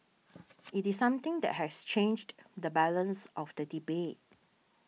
it is something that has changed the balance of the debate